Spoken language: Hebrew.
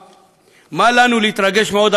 מה לנו להתרגש מעוד החלטה עוינת,